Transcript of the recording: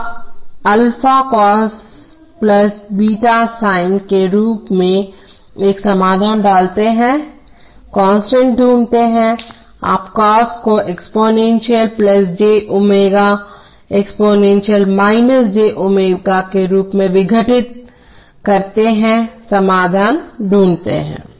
तोआप alpha cos beta sin के रूप में एक समाधान डालते हैं कांस्टेंट ढूंढते हैं आप कॉस को exponential j ω exponential minus j ω के रूप में विघटित करते हैं समाधान ढूंढते हैं